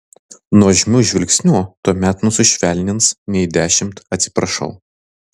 nuožmių žvilgsnių tuomet nesušvelnins nei dešimt atsiprašau